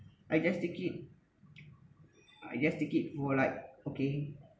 I just take it I just take it for like okay